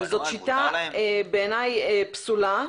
זו שיטה בעיניי פסולה.